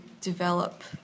develop